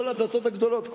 כל הדתות הגדולות,